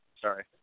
Sorry